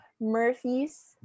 murphy's